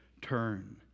turn